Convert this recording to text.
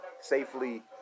safely